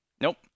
Nope